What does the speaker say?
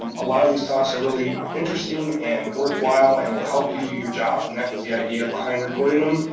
um a lot of these talks are really interesting and worthwhile, and will help you do your job, and that was the idea behind recording them.